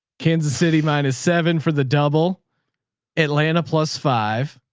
kansas city minus seven for the double atlanta plus five.